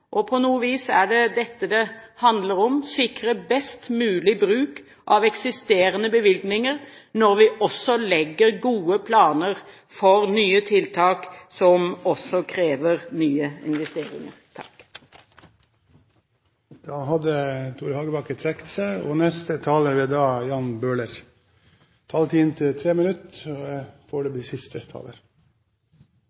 På noe vis er det dette det handler om: sikre best mulig bruk av eksisterende bevilgninger når vi også legger gode planer for nye tiltak som også krever nye investeringer. Til det siste statsråden var inne på, om beredskapssenteret: Det er ikke vi som har sagt at det skal ta åtte år, det